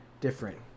different